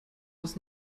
was